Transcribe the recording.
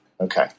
Okay